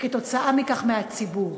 וכתוצאה מכך מהציבור.